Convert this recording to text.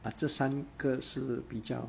ah 这三个是比较